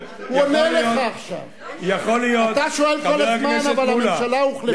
אתה שואל כל הזמן, אבל הממשלה הוחלפה.